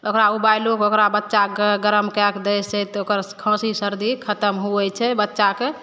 ओकरा उबाएलोके ओकरा बच्चाके गरम कए कऽ दै छै तऽ ओकर खाँसी सर्दी खतम हुवै छै बच्चाके